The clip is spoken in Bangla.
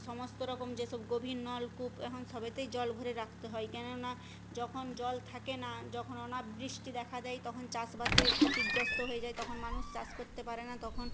সমস্ত রকম যেসব গভীর নলকূপ এখন সবেতেই জল ভরে রাখতে হয় কেননা যখন জল থাকে না যখন অনাবৃষ্টি দেখা দেয় তখন চাষবাসে ক্ষতিগ্রস্ত হয়ে যায় তখন মানুষ চাষ করতে পারে না তখন